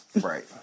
Right